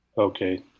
Okay